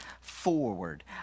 forward